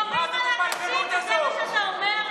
יורים על אנשים וזה מה שאתה אומר?